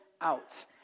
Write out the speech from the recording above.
out